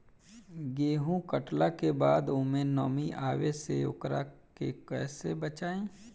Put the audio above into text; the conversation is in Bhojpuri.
गेंहू कटला के बाद ओमे नमी आवे से ओकरा के कैसे बचाई?